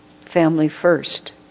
family-first